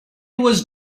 was